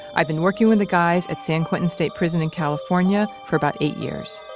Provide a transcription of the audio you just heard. i've been working with the guys at san quentin state prison in california for about eight years